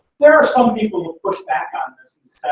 there are some people who push back on this and